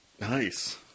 Nice